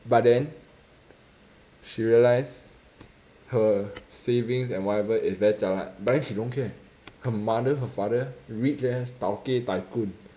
but then she realise her savings and whatever is very jialat but then she don't care her mother her father rich eh tauke tycoon